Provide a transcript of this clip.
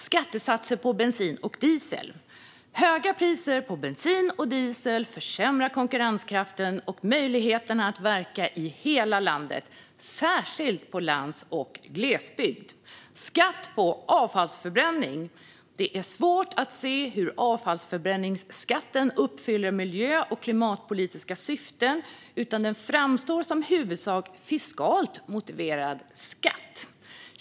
Skattesatser på bensin och diesel: Höga priser på bensin och diesel försämrar konkurrenskraften och möjligheterna att verka i hela landet, särskilt på landsbygden och i glesbygd. Skatt på avfallsförbränning: Det är svårt att se hur avfallsförbränningsskatten uppfyller miljö och klimatpolitiska syften, utan den framstår som en i huvudsak fiskalt motiverad skatt.